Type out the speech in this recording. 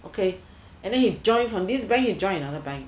okay and then from this bank he joined another bank